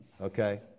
Okay